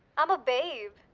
am a babe.